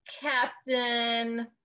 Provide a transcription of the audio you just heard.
Captain